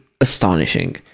astonishing